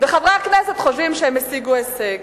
וחברי הכנסת חושבים שהם השיגו הישג.